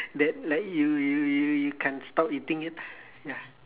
that like you you you you can't stop eating it ya